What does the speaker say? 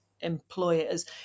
employers